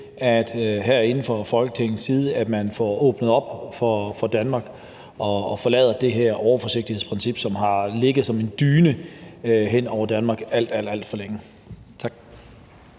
man herinde fra Folketingets side får åbnet op for Danmark og forlader det her overforsigtighedsprincip, som har ligget som en dyne hen over Danmark alt, alt for længe. Tak.